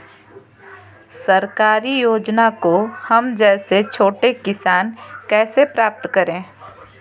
सरकारी योजना को हम जैसे छोटे किसान कैसे प्राप्त करें?